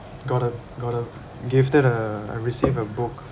gotta gotta give that a I received a book